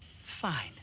Fine